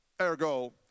Ergo